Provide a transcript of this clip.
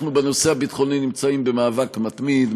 אנחנו בנושא הביטחוני נמצאים במאבק מתמיד,